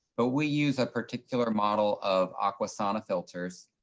but we use a particular model of aquasana filters.